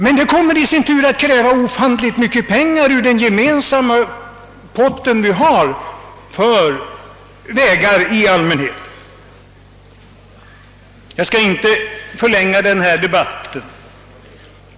Men detta kommer i sin tur att kräva ofantligt mycket pengar ur den gemensamma pott vi har för vägar i allmänhet. Jag skall inte förlänga denna debatt.